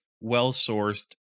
well-sourced